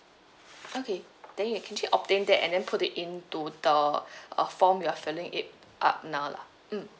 okay then you can actually obtain that and then put it in to the uh form your filling it up now lah mm